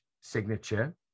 signature